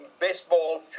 baseball